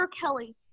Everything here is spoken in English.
Kelly